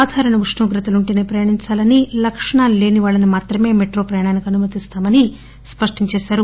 సాధారణ ఉష్ణోగ్రతలు ఉంటేనే ప్రయాణించాలని లక్షణాలు లేని వాళ్లను మాత్రమే మెట్రో ప్రయాణానికి అనుమతిస్తామని స్పష్లం చేశారు